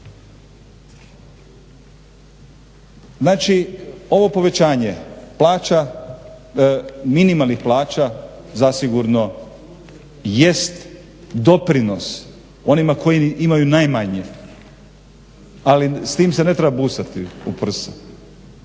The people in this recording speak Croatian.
Znači ovo povećanje plaća minimalnih plaća zasigurno jest doprinos onima koji imaju najmanje, ali s tim se ne treba busati u prsa